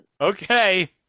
okay